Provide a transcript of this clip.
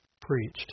preached